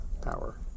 power